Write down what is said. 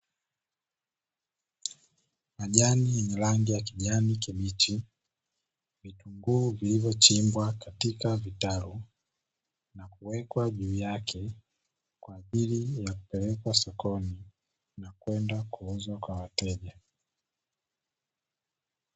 Majani ya rangi ya kijani kibichi vitunguu vilivyochimbwa katika kitalu na kuwekwa juu yake, kwa ajili ya kupelekwa sokoni kwenda kuuzwa kwa wateja.